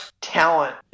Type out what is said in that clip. talent